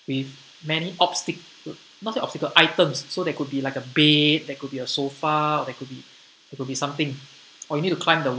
with many obstac~ not say obstacle items so that could be like a bed there could be a sofa or there could be there could be something or you need to climb the